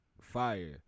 fire